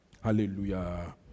Hallelujah